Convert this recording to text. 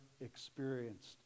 experienced